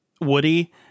Woody